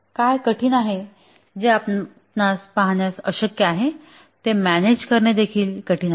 काय कठीण आहे जे आपणास पाहण्यास अशक्य आहे ते मॅनेज करणे देखील कठीण आहे